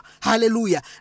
Hallelujah